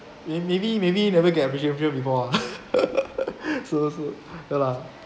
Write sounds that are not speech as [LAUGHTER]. may~ maybe maybe you never get before ah [LAUGHS] so so so ya lah